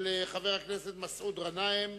של חבר הכנסת מסעוד גנאים,